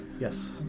Yes